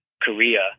Korea